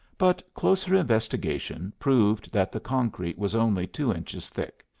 but closer investigation proved that the concrete was only two inches thick.